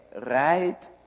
right